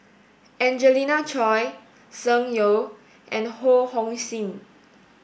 Angelina Choy Tsung Yeh and Ho Hong Sing